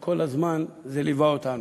וכל הזמן זה ליווה אותנו.